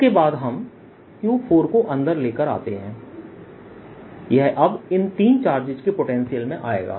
इसके बाद हम Q4 को अंदर लेकर आते हैं यह अब इन तीन चार्जेस के पोटेंशियल में आएगा